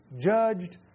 judged